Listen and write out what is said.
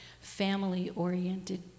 family-oriented